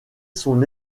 son